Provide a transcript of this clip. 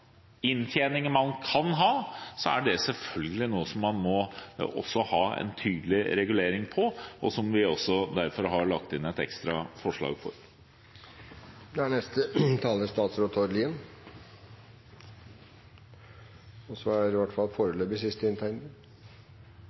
inntjeningen man kan få, er det selvfølgelig noe som man også må ha en tydelig regulering av, og noe som vi derfor har lagt inn et ekstra forslag om. Først til grønt batteri. Det mener jeg gir et bilde av det